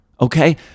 Okay